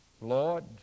Lord